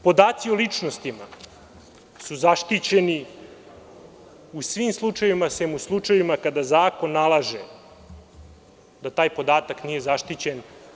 Podaci o ličnostima su zaštićeni u svim slučajevima, sem u slučajevima kada zakon nalaže da taj podatak nije zaštićen.